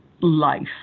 life